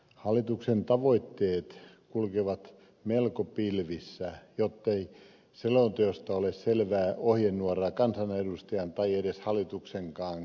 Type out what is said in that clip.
hallituksen tavoitteet kulkevat melko pilvissä joten selonteosta ei ole selvää ohjenuoraa kansanedustajan tai edes hallituksenkaan työhön